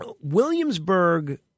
Williamsburg